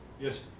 yes